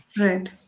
right